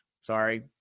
sorry